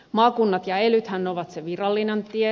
maakunnat ja elythän ovat se virallinen tie